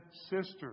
sisters